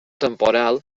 temporal